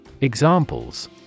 Examples